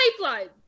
pipeline